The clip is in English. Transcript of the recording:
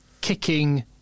kicking